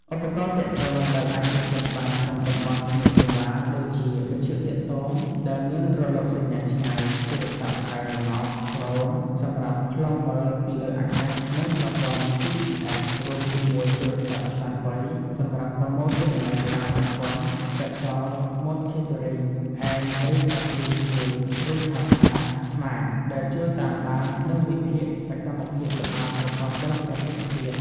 ឧបករណ៍ទាក់ទង ដែលអាចទុកចិត្តបានក្នុងតំបន់គ្មានសេវា ដូចជា វិទ្យុទាក់ទងដែលមានរលកសញ្ញាឆ្ងាយ ទូរស័ព្ទផ្កាយរណប ដ្រូន សម្រាប់ឃ្លាំមើលពីលើអាកាស និង ប្រព័ន្ធ GPS រួមជាមួយទូរស័ព្ទឆ្លាតវៃ សម្រាប់ប្រមូលទិន្នន័យតាមប្រព័ន្ធ Spatial Monitoring and Reporting Tool ឬហៅថា ស្មាត SMART ដែលជួយតាមដាន និងវិភាគសកម្មភាពល្បាតប្រកបដោយប្រសិទ្ធភាព។